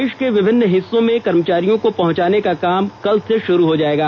देष के विभिन्न हिस्सों में कर्मचारियों को पहुंचाने का काम कल से शुरू हो जाएगा